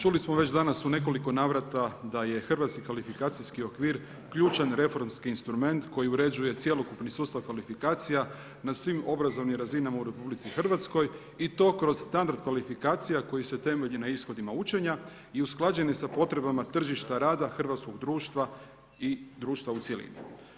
Čuli smo već danas u nekoliko navrata da je Hrvatski kvalifikacijski okvir ključan reformski instrument koji uređuje cjelokupni sustav kvalifikacija na svim obrazovnim razinama u RH i to kroz standard kvalifikacija koji se temelji na ishodima učenja i usklađen je sa potrebama tržišta rada hrvatskog društva i društva u cjelini.